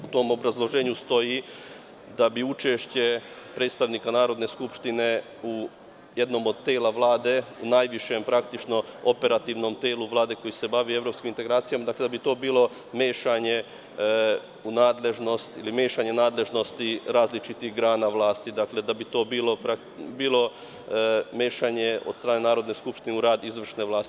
U tom obrazloženju stoji da bi učešće predstavnika Narodne skupštine u jednom od tela Vlade, u najvišem operativnom telu Vlade koji se bavi evropskim integracijama, da bi to bilo mešanje nadležnosti različitih grana vlasti, da bi to bilo mešanje od strane Narodne skupštine u rad izvršne vlasti.